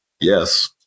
yes